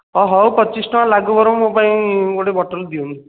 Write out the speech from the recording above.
ହଁ ହଉ ପଚିଶ ଟଙ୍କା ଲାଗୁ ବରଂ ମୋ ପାଇଁ ଗୋଟେ ବଟଲ୍ ଦିଅନ୍ତୁ